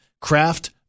Craft